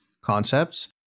concepts